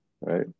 right